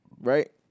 right